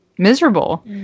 miserable